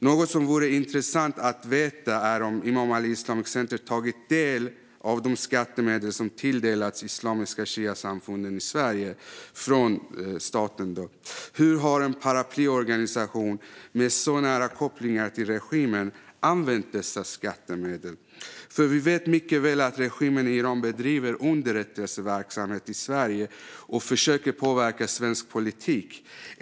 Något som vore intressant att veta är om Imam Ali Islamic Center har tagit del av de skattemedel som svenska staten tilldelat Islamiska Shiasamfunden i Sverige. Hur har en paraplyorganisation med så nära kopplingar till regimen använt dessa skattemedel? Vi vet ju mycket väl att regimen i Iran bedriver underrättelseverksamhet i Sverige och försöker påverka svensk politik.